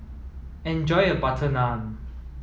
enjoy your butter naan